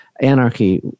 anarchy